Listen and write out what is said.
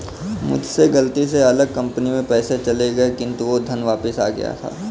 मुझसे गलती से अलग कंपनी में पैसे चले गए थे किन्तु वो धन वापिस आ गया था